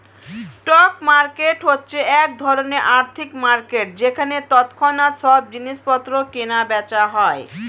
stock market হচ্ছে এক ধরণের আর্থিক মার্কেট যেখানে তৎক্ষণাৎ সব জিনিসপত্র কেনা বেচা হয়